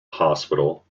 hospital